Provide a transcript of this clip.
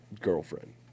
girlfriend